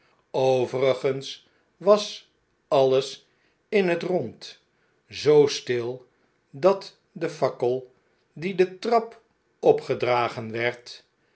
overigens was alles in bet rond zoo stil dat de fakkel die de trap opgedragen werd